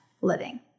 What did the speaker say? living